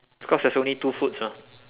because there's only two foods mah